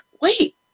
wait